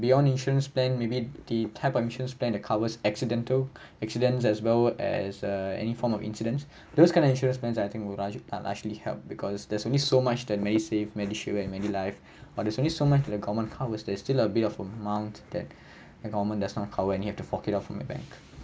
beyond insurance plan maybe the type of insurance plans that covers accidental accidents as well as uh any form of incidents those kind of insurance plans I think would large ah largely help because there's only so much that medisave medishield and medilife but there's only so much in the government covers there still have a bit of amount that the government does not cover and you have to fork it out from the bank